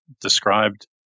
described